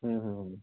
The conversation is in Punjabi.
ਹਮ ਹਮ